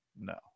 No